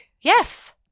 Yes